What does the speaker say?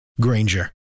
Granger